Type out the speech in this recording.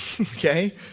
okay